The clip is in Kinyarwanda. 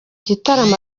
gitaramo